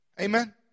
Amen